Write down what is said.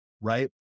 Right